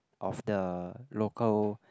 of the local